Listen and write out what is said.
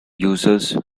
users